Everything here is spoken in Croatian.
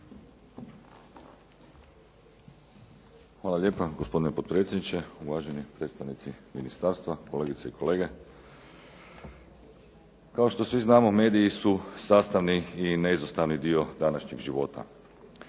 Hvala lijepa, gospodine potpredsjedniče. Uvaženi predstavnici ministarstva, kolegice i kolege. Kao što svi znamo, mediji su sastavni i neizostavni dio današnjeg života.